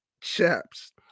chaps